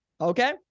Okay